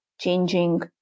changing